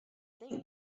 think